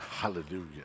hallelujah